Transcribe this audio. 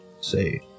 Say